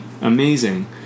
amazing